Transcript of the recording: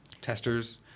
testers